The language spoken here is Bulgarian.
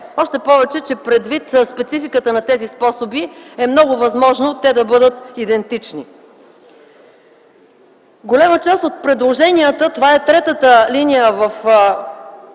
още повече предвид спецификата на тези способи, е много възможно те да бъдат идентични. Голяма част от предложенията – третата линия в